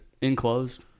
enclosed